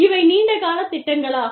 இவை நீண்ட கால திட்டங்களாகும்